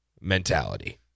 mentality